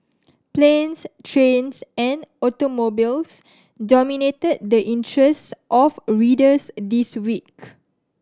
planes trains and automobiles dominated the interests of readers this week